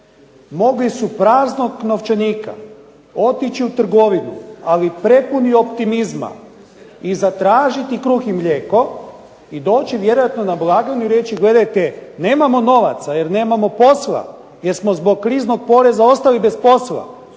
mogli su praznog novčanika otići u trgovinu ali prepuni optimizma i zatražiti kruh i mlijeko i doći vjerojatno na blagajnu i reći gledajte nemamo novaca jer nemamo posla, jer smo zbog kriznog poreza ostali bez posla,